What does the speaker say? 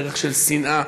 שהיא דרך של שנאה,